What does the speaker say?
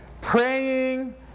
praying